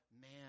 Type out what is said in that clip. Man